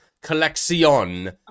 collection